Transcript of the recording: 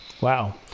Wow